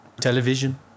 television